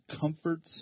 comforts